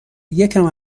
یکم